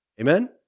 Amen